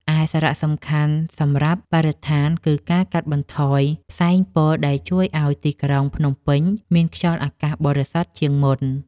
ឯសារៈសំខាន់សម្រាប់បរិស្ថាន គឺការកាត់បន្ថយផ្សែងពុល ដែលជួយឱ្យទីក្រុងភ្នំពេញមានខ្យល់អាកាសបរិសុទ្ធជាងមុន។